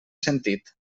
sentit